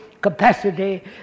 capacity